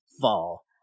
fall